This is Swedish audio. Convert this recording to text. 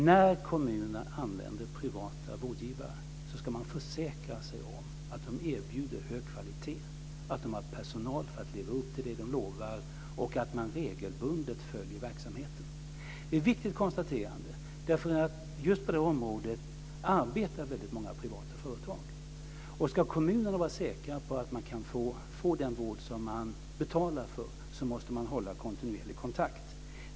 När kommunerna använder privata rådgivare ska man försäkra sig om att de erbjuder hög kvalitet och att de har personal för att leva upp till det de lovar, och man ska regelbundet följa verksamheten. Det är ett viktigt konstaterande, därför att just på det området arbetar väldigt många privata företag. Ska kommunerna vara säkra på att få den vård de betalar för måste man hålla kontinuerlig kontakt.